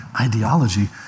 ideology